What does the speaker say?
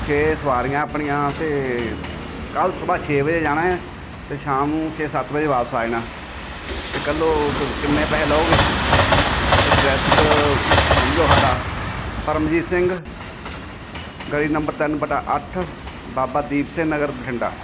ਛੇ ਸਵਾਰੀਆਂ ਆਪਣੀਆਂ ਅਤੇ ਕੱਲ੍ਹ ਸੁਬਹ ਛੇ ਵਜੇ ਜਾਣਾ ਅਤੇ ਸ਼ਾਮ ਨੂੰ ਛੇ ਸੱਤ ਵਜੇ ਵਾਪਸ ਆ ਜਾਣਾ ਅਤੇ ਕੱਲ੍ਹ ਕਿੰਨੇ ਪੈਸੇ ਲਉਗੇ ਅਤੇ ਅਡਰੈਸ ਸਮਝ ਲਓ ਸਾਡਾ ਪਰਮਜੀਤ ਸਿੰਘ ਗਲੀ ਨੰਬਰ ਤਿੰਨ ਵਟਾ ਅੱਠ ਬਾਬਾ ਦੀਪ ਸਿੰਘ ਨਗਰ ਬਠਿੰਡਾ